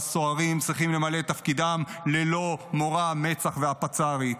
והסוהרים צריכים למלא את תפקידם ללא מורא ממצ"ח ומהפצר"ית.